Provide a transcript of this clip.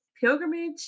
pilgrimage